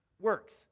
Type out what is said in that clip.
works